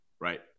Right